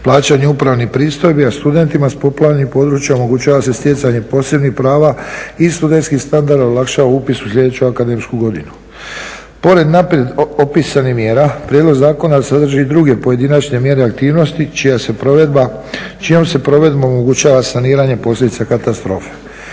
plaćanja upravnih pristojbi, a studentima s poplavljenih područja omogućava se stjecanje posebnih prava i studentskih … olakšava upis u sljedeću akademsku godinu. Pored naprijed opisanih mjera prijedlog zakona sadrži i druge pojedinačne mjere i aktivnosti čijom se provedbom omogućava saniranje posljedica katastrofe.